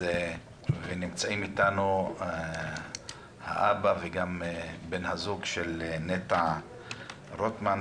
נמצאים אתנו האבא וגם בן הזוג של נטע רוטמן,